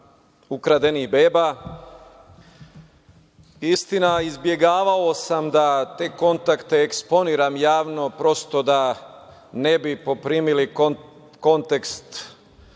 ukradenih beba. Istina, izbegavao sam da te kontakte eksponiram javno, prosto da ne bi poprimili kontekst